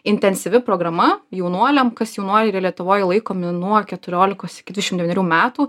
intensyvi programa jaunuoliam kas jaunuoliai yra lietuvoj laikomi nuo keturiolikos iki dvišim devynerių metų